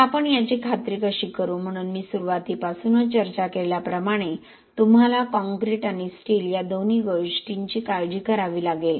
आता आपण याची खात्री कशी करू म्हणून मी सुरुवातीपासूनच चर्चा केल्याप्रमाणे तुम्हाला काँक्रीट आणि स्टील या दोन्ही गोष्टींची काळजी करावी लागेल